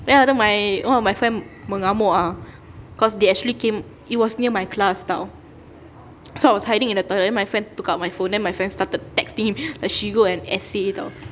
then I told my one of my friend mengamuk ah cause they actually came it was near my class [tau] so I was hiding in the toilet then my friend took out my phone then my friend started texting him like she wrote an essay [tau]